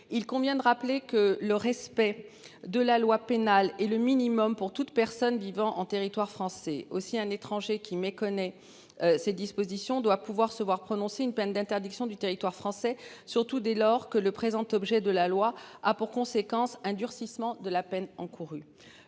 Il convient de rappeler que le respect de la loi pénale et le minimum pour toute personne vivant en territoire français aussi. Un étranger qui méconnaît. Ces dispositions doit pouvoir se voir prononcer une peine d'interdiction du territoire français surtout dès lors que le présent. Objet de la loi a pour conséquence un durcissement de la peine encourue.